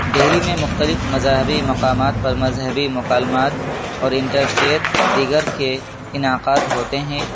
دہلی میں مختلف مذہبی مقامات پر مذہبی مکالمات اور انٹر فیتھ دیگر کے انعقاد ہوتے ہیں